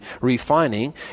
refining